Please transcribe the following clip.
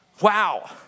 wow